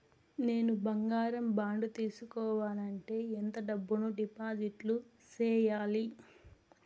నేను బంగారం బాండు తీసుకోవాలంటే ఎంత డబ్బును డిపాజిట్లు సేయాలి?